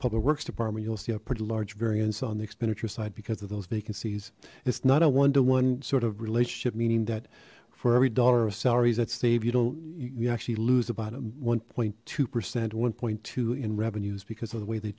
public works department you'll see a pretty large variance on the expenditure side because of those vacancies it's not a one to one sort of relationship meaning that for every dollar of salaries that save you don't you actually lose about one point two percent one point two in revenues because of the way they